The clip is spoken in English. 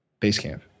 Basecamp